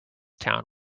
town